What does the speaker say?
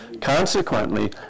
Consequently